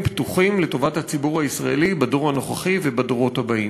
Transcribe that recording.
פתוחים לטובת הציבור הישראלי בדור הנוכחי ובדורות הבאים.